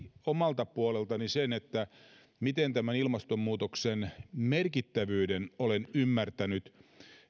omalta puoleltani sen miten tämän ilmastonmuutoksen merkittävyyden olen ymmärtänyt